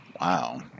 Wow